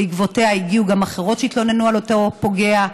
ובעקבותיה הגיעו גם אחרות שהתלוננו על אותו פוגע,